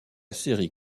série